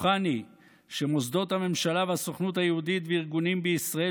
בטוחני שמוסדות הממשלה והסוכנות היהודית וארגונים בישראל